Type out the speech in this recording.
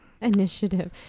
Initiative